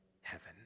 heaven